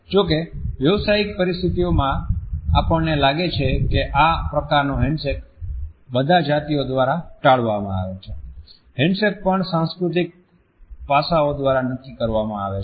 જો કે વ્યાવસાયિક પરિસ્થિતિઓમાં આપણને લાગે છે કે આ પ્રકારનો હેન્ડશેક બધા જાતિઓ દ્વારા ટાળવામાં આવે છે હેન્ડશેક પણ સાંસ્કૃતિક પાસાઓ દ્વારા નક્કી કરવામાં આવે છે